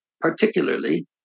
particularly